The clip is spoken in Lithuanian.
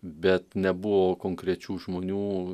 bet nebuvo konkrečių žmonių